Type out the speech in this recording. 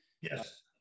Yes